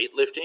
weightlifting